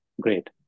great